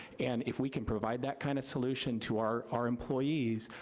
and if we can provide that kind of solution to our our employees,